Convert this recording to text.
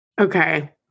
Okay